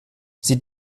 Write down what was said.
sie